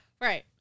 Right